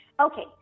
Okay